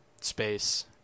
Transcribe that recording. space